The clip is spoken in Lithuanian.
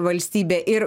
valstybė ir